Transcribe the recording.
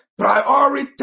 Prioritize